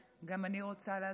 גם אני רוצה להתחיל